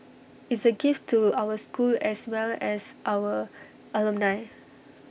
is A gift to our school as well as our alumni